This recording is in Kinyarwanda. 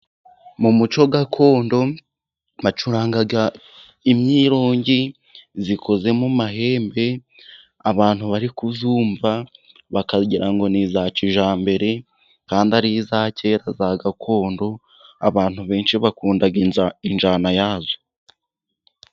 Mu muco gakondo bacurangaga imyirongi zikoze mu amahembe, abantu bari kuzumva bakagira ngo ni iza kijyambere kandi ari iza kera za gakondo, abantu benshi bakunda injyana yazo.